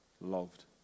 loved